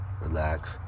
relax